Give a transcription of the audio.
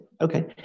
Okay